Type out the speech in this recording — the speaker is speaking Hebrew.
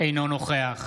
אינו נוכח